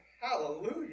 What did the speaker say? hallelujah